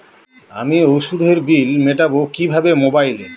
আমি ওষুধের বিল মেটাব কিভাবে মোবাইলে?